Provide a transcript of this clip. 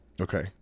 Okay